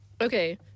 Okay